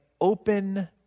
open